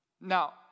Now